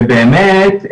זה באמת,